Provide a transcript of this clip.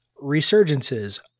Resurgence's